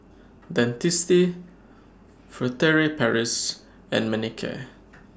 Dentiste Furtere Paris and Manicare